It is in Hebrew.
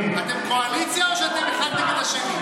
אתם קואליציה או אחד נגד השני?